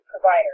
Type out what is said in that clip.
provider